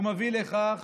הוא מביא לכך